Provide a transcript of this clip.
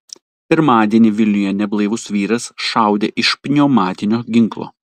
pirmadienį vilniuje neblaivus vyras šaudė iš pneumatinio ginklo